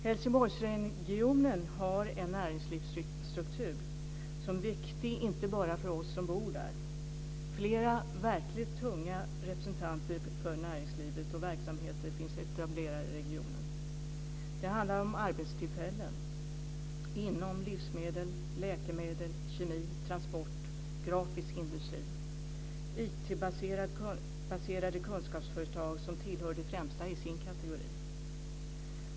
Helsingborgsregionen har en näringslivsstruktur som är viktig inte bara för oss som bor där. Flera verkligt tunga representanter för näringslivet och olika verksamheter finns etablerade i regionen. Det handlar om arbetstillfällen inom livsmedels-, läkemedels-, kemi och transportområdena. Det gäller också den grafiska industrin och IT-baserade kunskapsföretag som tillhör de främsta i sin kategori.